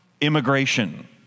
immigration